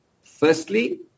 Firstly